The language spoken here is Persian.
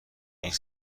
این